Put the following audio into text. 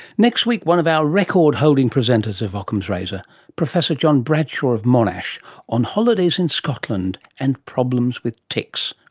next week, one of our record-holding presenters of ockham's razor professor john bradshaw of monash on holidays in scotland and problems with ticks.